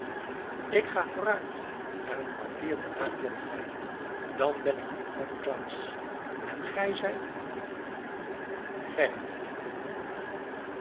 ik ga vooruit en een kwartier daarna klopt gij aan dan ben ik uw oom klaas en gij zijt gerrit goede man